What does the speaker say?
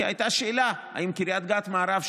כי הייתה שאלה אם קריית גת מערב,